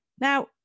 Now